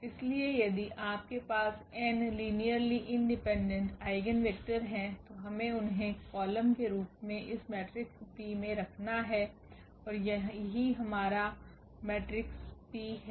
इसलिए यदि आपके पास n linearly independent eigen vector हैं तो हमे उन्हें कॉलम के रूप में इस मेट्रिक्स P में रखना है और यही हमारा मेट्रिक्स P हैं